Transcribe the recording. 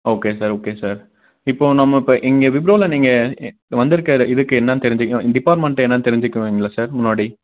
okay sir okay sir இப்போது நம்ம இப்போ இங்கே விப்ரோவில் நீங்கள் எ வந்துருக்கற இதுக்கு என்னென்னு தெரிஞ்சுக்க டிபார்ட்மெண்ட் என்னென்னு தெரிஞ்சுக்கலாங்க சார் முன்னாடி